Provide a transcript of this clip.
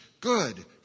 good